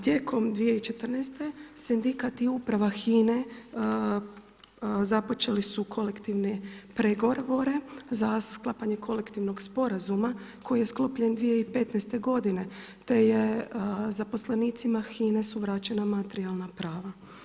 Tijekom 2014. sindikat i uprava HINA-e započeli su kolektivni pregovor gore za sklapanje kolektivnog sporazuma koji je sklopljen 2015. godine te je zaposlenicima HINA-e su vraćena materijalna prava.